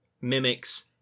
mimics